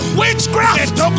witchcraft